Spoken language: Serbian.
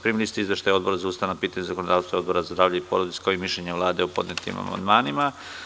Primili ste izveštaje Odbora za ustavna pitanja i zakonodavstvo i Odbora za zdravlje i porodicu, kao i mišljenje Vlade o podnetim amandmanima.